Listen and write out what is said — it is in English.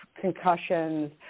concussions